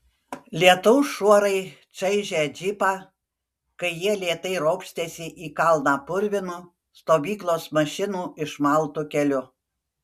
lietaus šuorai čaižė džipą kai jie lėtai ropštėsi į kalną purvinu stovyklos mašinų išmaltu keliu